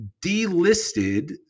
delisted